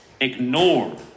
ignore